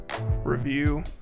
review